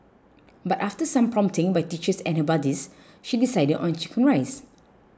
but after some prompting by teachers and her buddies she decided on Chicken Rice